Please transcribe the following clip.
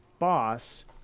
boss